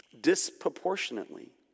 disproportionately